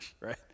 right